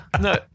No